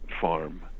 farm